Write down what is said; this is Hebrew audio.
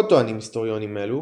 עוד טוענים היסטוריונים אלו,